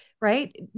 Right